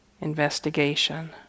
investigation